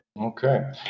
Okay